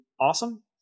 awesome